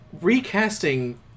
recasting